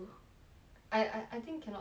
I I I think cannot take eh game